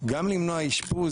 גם למנוע אשפוז,